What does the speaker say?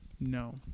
No